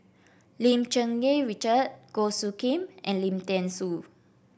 Lim Cherng Yih Richard Goh Soo Khim and Lim Thean Soo